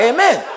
Amen